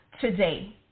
today